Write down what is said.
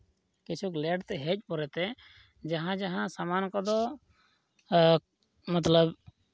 ᱠᱤᱪᱷᱩᱠ ᱞᱮᱴ ᱛᱮ ᱦᱮᱡ ᱯᱚᱨᱮᱛᱮ ᱡᱟᱦᱟᱸ ᱡᱟᱦᱟᱸ ᱥᱟᱢᱟᱱ ᱠᱚᱫᱚ ᱢᱚᱛᱞᱚᱵ